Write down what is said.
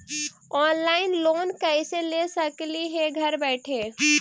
Online loan कैसे ले सकली हे घर बैठे?